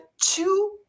two